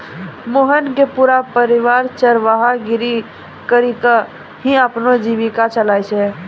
मोहन के पूरा परिवार चरवाहा गिरी करीकॅ ही अपनो जीविका चलाय छै